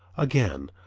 again,